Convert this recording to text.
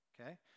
Okay